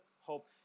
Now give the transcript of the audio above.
hope